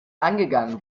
angegangen